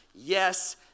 Yes